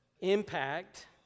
impact